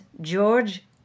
George